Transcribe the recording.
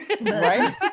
right